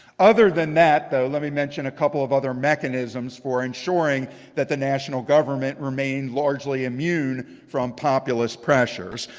other than that though, let me mention a couple of other mechanisms for ensuring that the national government remains largely immune from populist pressures.